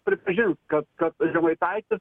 pripažins kad kad žemaitaitis